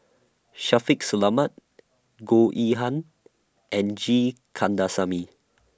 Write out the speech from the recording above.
Shaffiq Selamat Goh Yihan and G Kandasamy